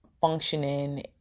functioning